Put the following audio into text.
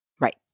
Right